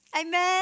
Amen